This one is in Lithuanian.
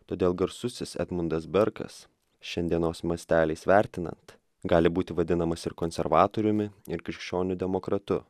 todėl garsusis edmundas berkas šiandienos masteliais vertinant gali būti vadinamas ir konservatoriumi ir krikščioniu demokratu